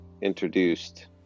introduced